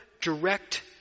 direct